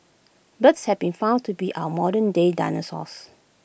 birds have been found to be our modernday dinosaurs